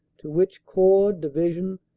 to which corps, division,